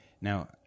now